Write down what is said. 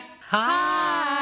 Hi